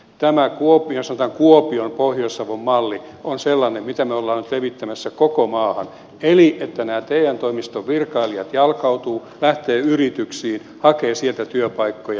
tämä kuopion pohjois savon malli on sellainen mitä me olemme nyt levittämässä koko maahan eli nämä te toimiston virkailijat jalkautuvat lähtevät yrityksiin hakevat sieltä työpaikkoja